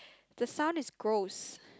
the sound is gross